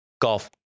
Golf